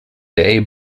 day